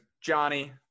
Johnny